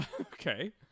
Okay